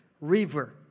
river